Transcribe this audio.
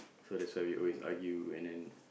so that's why we always argue and then